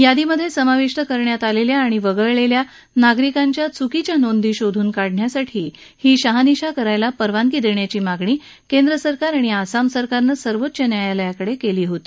यादीमध्ये समाविष्ट करण्यात आलेल्या आणि वगळलेल्या नागरिकाध्या चुकीच्या नोंदी शोधून काढण्यासाठी ही शहानिशा करायला परवानगी देण्याची मागणी केंद्र सरकार आणि आसाम सरकारनस्तिर्वोच्च न्यायालयाकडे याचिकाद्वारे केली होती